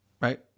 right